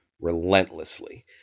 relentlessly